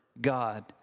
God